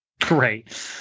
great